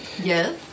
Yes